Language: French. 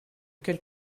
quelle